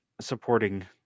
supporting